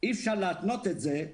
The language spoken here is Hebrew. אמרת שאי אפשר להתנות את זה,